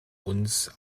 uns